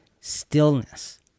stillness